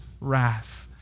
wrath